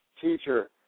teacher